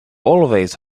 always